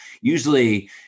Usually